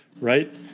right